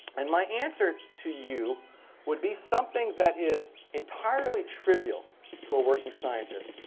and my answer to you would be something that is entirely trivial to a working scientist,